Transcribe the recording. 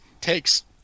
takes